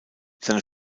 seine